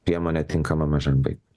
priemonė tinkama mažam vaikui